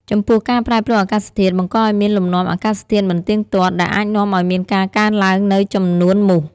ចំពោះ ការប្រែប្រួលអាកាសធាតុ បង្កឱ្យមានលំនាំអាកាសធាតុមិនទៀងទាត់ ដែលអាចនាំឱ្យមានការកើនឡើងនូវចំនួនមូស។